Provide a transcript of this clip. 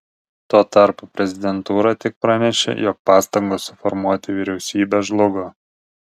tuo tarpu prezidentūra tik pranešė jog pastangos suformuoti vyriausybę žlugo